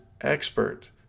expert